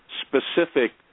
specific